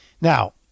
Now